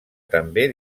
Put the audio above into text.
també